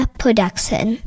production